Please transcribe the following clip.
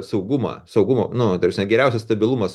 saugumą saugumo nu ta prasme geriausias stabilumas